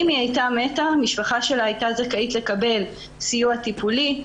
אם היא הייתה מתה המשפחה שלה הייתה זכאית לקבל סיוע טיפולי,